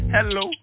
Hello